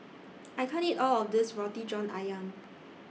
I can't eat All of This Roti John Ayam